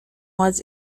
was